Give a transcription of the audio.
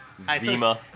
Zima